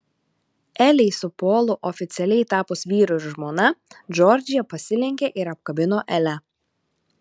elei su polu oficialiai tapus vyru ir žmona džordžija pasilenkė ir apkabino elę